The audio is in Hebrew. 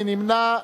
מי נמנע?